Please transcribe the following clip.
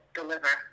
deliver